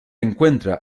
encuentra